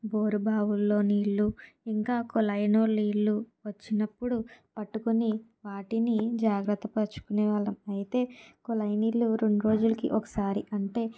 bore బావుల్లో నీళ్ళు ఇంకా కుళాయిలో నీళ్ళు వచ్చినప్పుడు పట్టుకొని వాటిని జాగ్రత్తపరుచుకునే వాళ్ళం అయితే కుళాయి నీళ్ళు రెండు రోజులకి ఒకసారి అంటే